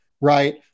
right